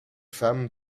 femme